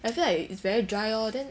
I feel like it's very dry lor then